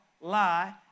lie